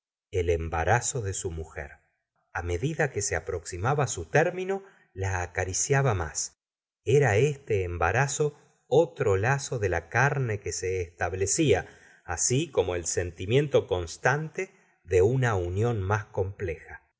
el embarazo de su mujer a medida que se aproximaba su término la acariciaba mas era este embarazo otro lazo de la carne que se establecía así como el sentimiento constante de una unión más compleja